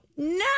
No